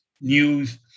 News